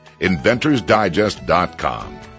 inventorsdigest.com